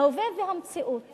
ההווה והמציאות